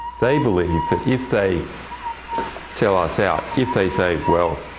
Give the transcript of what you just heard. they believe that if they sell us out, if they say, well,